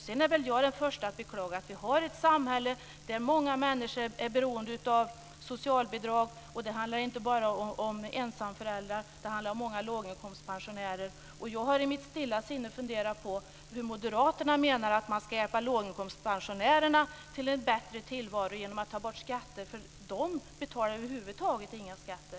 Sedan är väl jag den första att beklaga att vi har ett samhälle där många människor är beroende av socialbidrag. Det handlar inte bara om ensamföräldrar. Det handlar också om många låginkomstpensionärer. Jag har i mitt stilla sinne funderat på hur Moderaterna menar att man ska hjälpa låginkomstpensionärerna till en bättre tillvaro genom att ta bort skatter, för de betalar över huvud taget inga skatter.